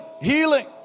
healing